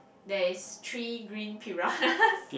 there is three green piranhas